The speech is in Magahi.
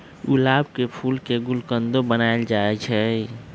गुलाब के फूल के गुलकंदो बनाएल जाई छई